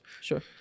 Sure